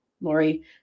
Lori